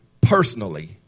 personally